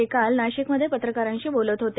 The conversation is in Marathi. ते काल नाशिकमध्ये पत्रकारांशी बोलत होते